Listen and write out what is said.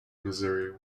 missouri